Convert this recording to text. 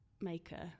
maker